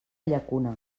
llacuna